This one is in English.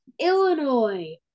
Illinois